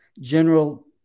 general